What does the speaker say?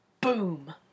boom